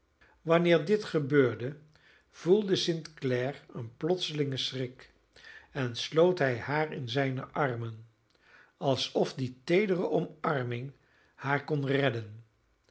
wanneer dit gebeurde voelde st clare een plotselingen schrik en sloot hij haar in zijne armen alsof die teedere omarming haar kon redden